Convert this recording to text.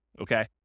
okay